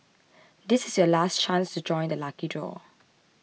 this is your last chance to join the lucky draw